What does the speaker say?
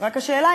רק השאלה,